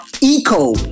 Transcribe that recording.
eco